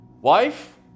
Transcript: Wife